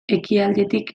ekialdetik